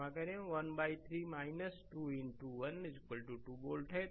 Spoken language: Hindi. क्षमा करें 1 3 कि 2 इनटू 1 2 वोल्ट है